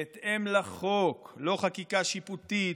בהתאם לחוק, לא חקיקה שיפוטית,